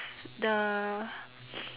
the